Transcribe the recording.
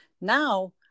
now